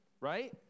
Right